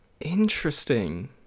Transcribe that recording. interesting